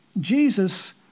Jesus